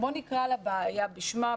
בואו נקרא לבעיה בשמה.